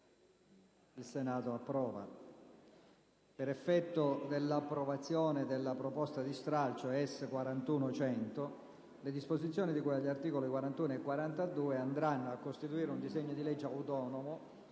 colleghi, per effetto dell'approvazione della proposta di stralcio S41.100, le disposizioni di cui agli articoli 41 e 42 andranno a costituire un disegno di legge autonomo